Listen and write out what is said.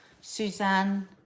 suzanne